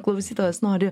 klausytojas nori